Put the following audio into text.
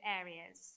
areas